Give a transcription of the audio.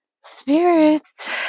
spirits